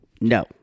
no